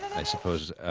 i suppose,